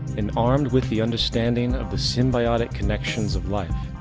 and armed with the understanding of the symbiotic connections of life,